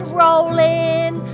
rolling